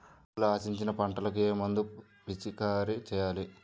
తెగుళ్లు ఆశించిన పంటలకు ఏ మందు పిచికారీ చేయాలి?